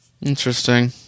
Interesting